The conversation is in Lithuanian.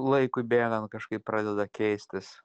laikui bėgant kažkaip pradeda keistis